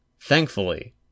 Thankfully